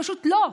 פשוט לא.